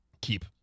Keep